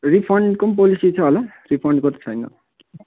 रिफन्डको पनि पोलिसी छ होला रिफन्डको त छैन होला